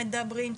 מדברים,